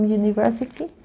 university